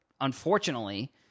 unfortunately